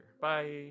Bye